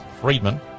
Friedman